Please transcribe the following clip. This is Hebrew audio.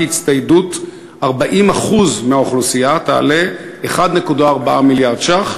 הצטיידות 40% מהאוכלוסייה תעלה 1.4 מיליארד ש"ח,